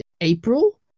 April